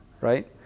right